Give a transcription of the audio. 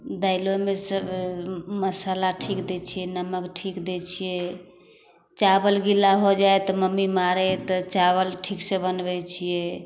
दालिओमे मसाला ठीक दै छिए नमक ठीक दै छिए चावल गीला हो जाइ तऽ मम्मी मारै तऽ चावल ठीकसँ बनबै छिए